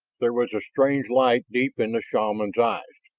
there was a strange light deep in the shaman's eyes.